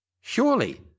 Surely